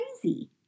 crazy